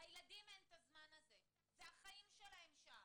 לילדים אין את הזמן הזה זה החיים שלהם שם.